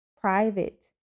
private